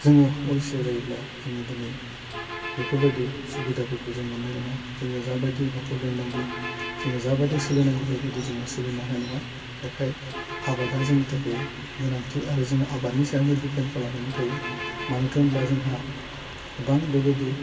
जोङो अलसिया जायोब्ला जोङो दिनै बेफोरबायदि सुबिदाफोरखौ जों मोननाय नङा जोङो जाबायदि न'खर बेंनांगौ जोङो जाबायदि सोलिनांगौ बेबायदि जोङो सोलिनो हानाय नङा बेखायनो आबादा जोंनि थाखाय गोनांंथि आरो जों आबादनि सायावनो डिपेन्ट खालामनानै थायो मानोथो होमब्ला जोंहा गोबां बेबायदि